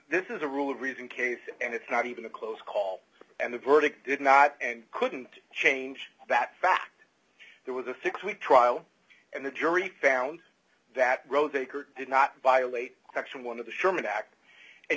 this is a rule reason case and it's not even a close call and the verdict did not and couldn't change that fact there was a six week trial and the jury found that rove did not violate section one of the sherman act and